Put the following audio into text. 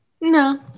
No